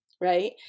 right